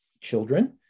children